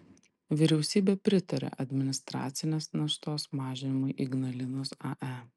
vyriausybė pritarė administracinės naštos mažinimui ignalinos ae